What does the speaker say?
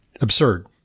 absurd